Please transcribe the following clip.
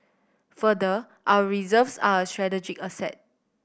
further our reserves are a strategic asset